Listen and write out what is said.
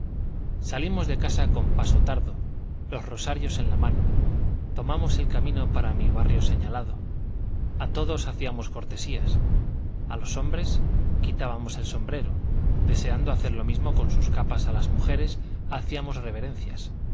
salimos de casa con paso tardo los rosarios en la mano tomamos el camino para mi barrio señalado a todos hacíamos cortesías a los hombres quitábamos el sombrero deseando hacer lo mismo con sus capas a las mujeres hacíamos reverencias